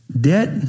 debt